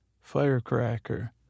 firecracker